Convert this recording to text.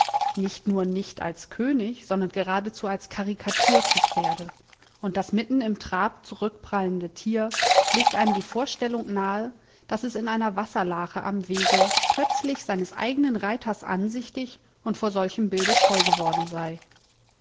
nicht nur nicht als könig sondern geradezu als karikatur zu pferde und das mitten im trab zurückprallende tier legt einem die vorstellung nahe daß es in einer wasserlache am wege plötzlich seines eignen reiters ansichtig und vor solchem bilde scheu geworden sei